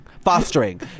Fostering